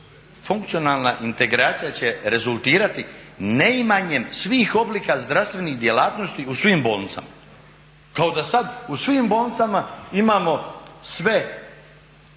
funkcionalna integracija će rezultirati neimanjem svih oblika zdravstvenih djelatnosti u svim bolnicama." Kao da sad u svim bolnicama imamo sve